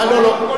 אדוני היושב-ראש,